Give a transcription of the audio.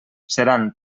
seran